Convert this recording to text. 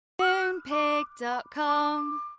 Moonpig.com